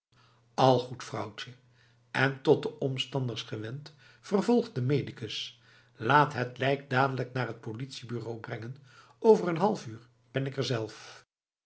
al goed vrouwtje en tot de omstanders gewend vervolgt de medicus laat het lijk dadelijk naar t politiebureau brengen over een half uur ben ik er zelf